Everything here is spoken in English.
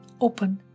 open